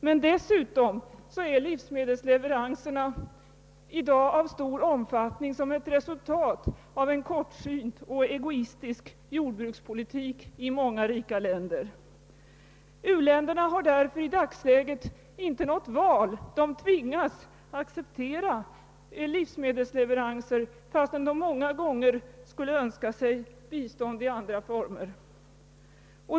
Men dessutom är livsmedelsleveranserna i dag av stor omfattning som resultat av en kortsynt och egoistisk jordbrukspolitik i många rika länder. I dagsläget har u-länderna inte något val. De tvingas acceptera livsmedelsleveranser trots att de många gånger skulle önska bistånd i andra former.